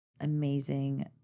amazing